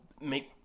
make